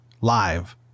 live